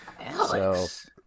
Alex